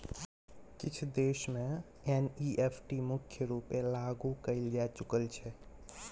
किछ देश मे एन.इ.एफ.टी मुख्य रुपेँ लागु कएल जा चुकल छै